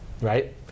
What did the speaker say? Right